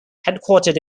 headquartered